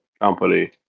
company